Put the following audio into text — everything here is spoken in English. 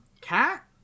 cat